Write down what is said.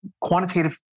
quantitative